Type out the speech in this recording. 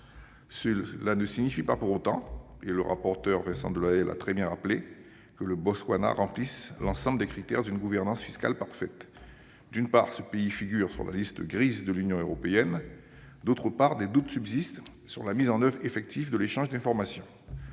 Cela ne signifie pas pour autant, le rapporteur Vincent Delahaye l'a très bien rappelé, que le Botswana remplisse l'ensemble des critères d'une gouvernance fiscale parfaite : d'une part, ce pays figure sur la liste « grise » de l'Union européenne ; d'autre part, des doutes subsistent sur la mise en oeuvre effective de l'échange d'informations.